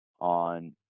on